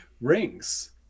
rings